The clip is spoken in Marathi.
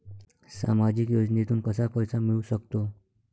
सामाजिक योजनेतून कसा पैसा मिळू सकतो?